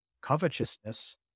covetousness